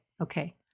Okay